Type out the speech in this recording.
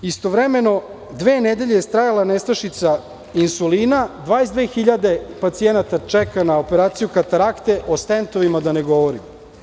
Istovremeno dve nedelje je trajala nestašica insulina, 22 hiljade pacijenata čeka na operaciju katarakte o stentovima da ne govorim.